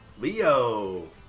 Leo